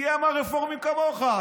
תהיה עם רפורמים כמוך.